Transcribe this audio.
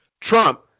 Trump